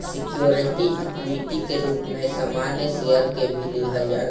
security equity के रूप में सामान्य शेयर के भी लिहल जाला